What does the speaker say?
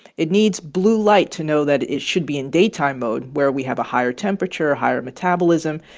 it needs blue light to know that it should be in daytime mode, where we have a higher temperature, higher metabolism.